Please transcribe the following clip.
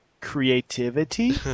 Creativity